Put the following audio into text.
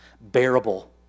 bearable